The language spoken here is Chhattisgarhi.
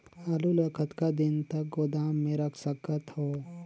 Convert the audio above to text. आलू ल कतका दिन तक गोदाम मे रख सकथ हों?